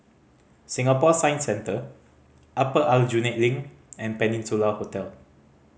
Singapore Science Centre Upper Aljunied Link and Peninsula Hotel